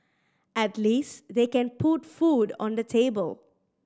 at least they can put food on the table